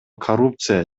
коррупция